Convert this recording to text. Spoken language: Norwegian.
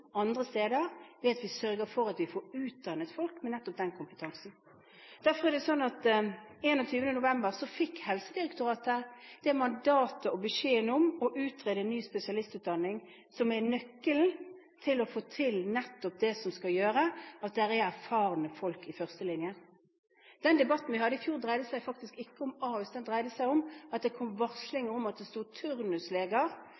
andre steder, ved at vi sørger for at vi får utdannet folk med nettopp den kompetansen. Derfor fikk Helsedirektoratet den 21. november det mandatet og beskjeden om å utrede en ny spesialistutdanning, som er nøkkelen til å få til nettopp det som skal gjøre at det er erfarne folk i førstelinjen. Den debatten vi hadde i fjor, dreide seg faktisk ikke om Ahus, den dreide seg om at det kom